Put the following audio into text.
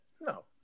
No